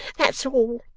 that's all